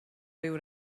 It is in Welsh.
ryw